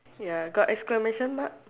ya got exclamation mark